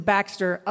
Baxter